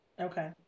Okay